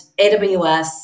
AWS